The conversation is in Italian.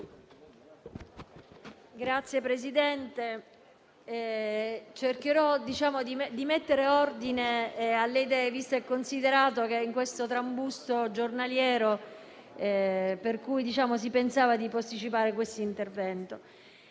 Signor Presidente, cercherò di mettere ordine alle idee, visto e considerato che, in questo trambusto giornaliero, si pensava di posticipare il mio intervento.